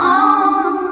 on